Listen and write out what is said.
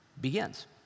begins